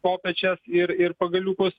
kopėčias ir ir pagaliukus